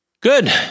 Good